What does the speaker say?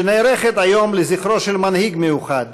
שנערכת היום לזכרו של מנהיג מיוחד,